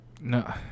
No